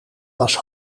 was